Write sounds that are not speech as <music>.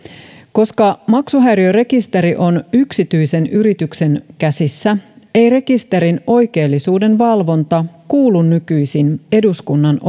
koska maksuhäiriörekisteri on yksityisen yrityksen käsissä ei rekisterin oikeellisuuden valvonta kuulu nykyisin eduskunnan <unintelligible>